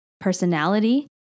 personality